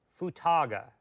Futaga